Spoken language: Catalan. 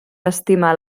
estimar